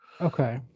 Okay